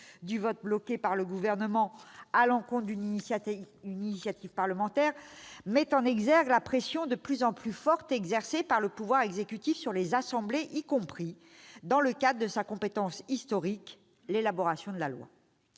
du « vote bloqué » par le Gouvernement à l'encontre d'une initiative parlementaire, met en exergue la pression de plus en plus forte exercée par le pouvoir exécutif sur les assemblées, y compris dans le cadre de leur compétence historique d'élaboration de la loi.